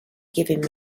giving